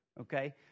okay